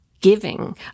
giving